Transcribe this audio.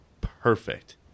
perfect